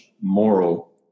moral